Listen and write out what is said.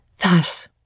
Thus